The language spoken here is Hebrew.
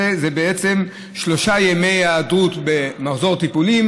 זה שלושה ימי היעדרות במחזור טיפולים,